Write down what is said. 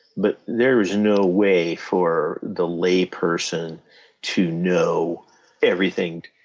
but there is no way for the lay person to know everything.